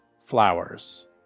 flowers